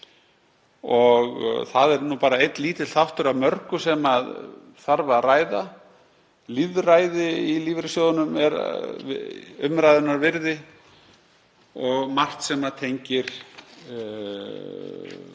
Það er bara einn lítill þáttur af mörgum sem þarf að ræða. Lýðræði í lífeyrissjóðunum er umræðunnar virði og margt sem tengist sjálfu